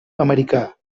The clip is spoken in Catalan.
americà